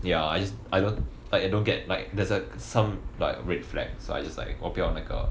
ya I just I don't like I don't get like there's a some like red flag so I just like 我不要那个